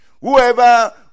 whoever